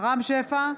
רם שפע,